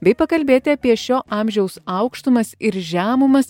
bei pakalbėti apie šio amžiaus aukštumas ir žemumas